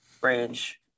range